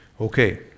Okay